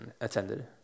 attended